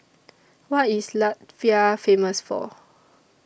What IS Latvia Famous For